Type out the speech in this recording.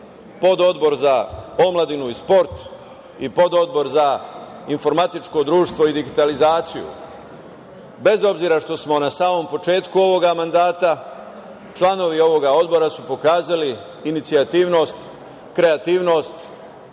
Pododbor za omladinu i sport i Pododbor za informatičko društvo i digitalizaciju. Bez obzira što smo na samo početku ovog mandata, članovi ovog Odbora su pokazali inicijativnost, kreativnost,